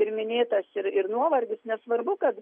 ir minėtas ir ir nuovargis nesvarbu kad